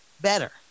better